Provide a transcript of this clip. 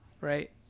right